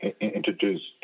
introduced